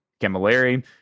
camilleri